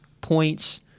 points